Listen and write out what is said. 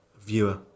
viewer